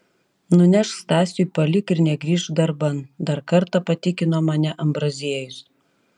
nunešk stasiui palik ir negrįžk darban dar kartą patikino mane ambraziejus